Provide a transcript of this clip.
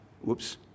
Whoops